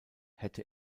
hätte